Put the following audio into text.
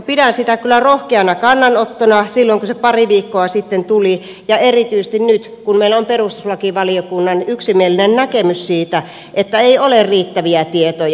pidin sitä kyllä rohkeana kannanottona silloin kun se pari viikkoa sitten tuli ja erityisesti nyt kun meillä on perustuslakivaliokunnan yksimielinen näkemys siitä että ei ole riittäviä tietoja